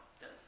Yes